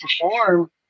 perform